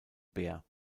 bär